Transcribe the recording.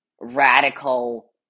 radical